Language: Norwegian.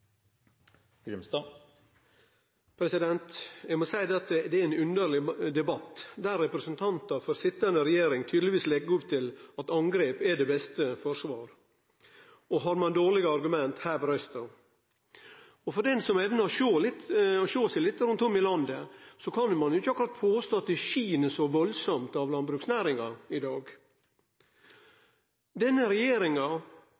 forholdet. Eg må seie at det er ein underleg debatt, der representantar frå den sittande regjeringa tydelegvis legg opp til at angrep er det beste forsvar. Og har ein dårlege argument, hever ein røysta. Og for han som evnar og sjå seg litt rundt om i landet, så kan ein ikkje akkurat påstå at det skin så veldig av landbruksnæringa i